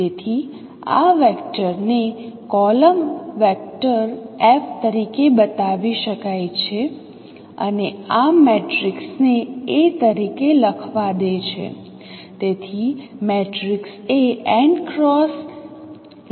તેથી આ વેક્ટરને કોલમ વેક્ટર f તરીકે બતાવી શકાય છે અને આ મેટ્રિક્સ ને A તરીકે લખવા દે છે